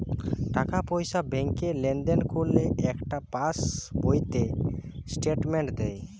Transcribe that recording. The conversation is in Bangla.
টাকা পয়সা ব্যাংকে লেনদেন করলে একটা পাশ বইতে স্টেটমেন্ট দেয়